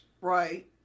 Right